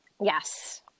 Yes